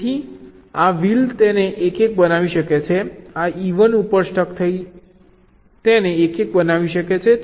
તેથી આ વિલ તેને 1 1 બનાવી શકે છે આ E 1 ઉપર સ્ટક થઈ તેને 1 1 બનાવી શકે છે